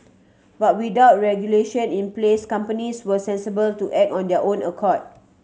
but without regulation in place companies were sensible to act on their own accord